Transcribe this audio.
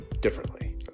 differently